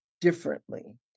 differently